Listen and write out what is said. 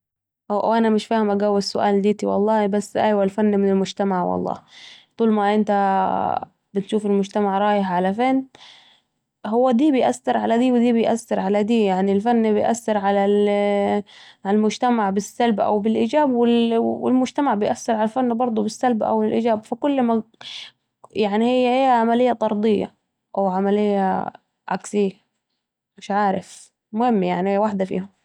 هو أنا مش فاهمه قوي السؤال ديتي والله ، بس ايوة الفن من المجتمع والله طول ما أنت بتشوف المجتمع رايح علي فين، هو دي بيأثر على دي و دي بيأثر علي دي يعني الفن بيأثر على المجتمع بالسلب أو بالايجاب والمجتمع بيأثر على الفن بردوا بالسلب أو الايجاب فكل... يعني عي ايه عمليه طرديه او عمليه عكسيه مش عارف المهم يعني هي وحده فيهم